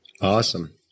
Awesome